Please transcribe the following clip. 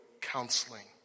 counseling